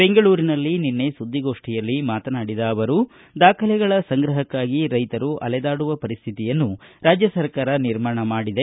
ಬೆಂಗಳೂರಿನಲ್ಲಿ ನಿನ್ನೆ ಸುದ್ದಿಗೋಷ್ಠಿಯಲ್ಲಿ ಮಾತನಾಡಿದ ಅವರು ದಾಖಲೆಗಳ ಸಂಗ್ರಹಕ್ಕಾಗಿ ರೈತರು ಅಲೆದಾಡುವ ಪರಿಸ್ಥಿತಿಯನ್ನು ರಾಜ್ಯ ಸರ್ಕಾರ ನಿರ್ಮಾಣ ಮಾಡಿದೆ